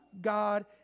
God